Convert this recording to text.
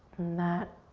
that